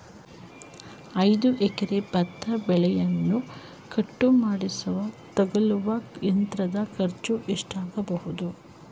ಐದು ಎಕರೆ ಭತ್ತ ಬೆಳೆಯನ್ನು ಕಟಾವು ಮಾಡಿಸಲು ತಗಲುವ ಯಂತ್ರದ ಖರ್ಚು ಎಷ್ಟಾಗಬಹುದು?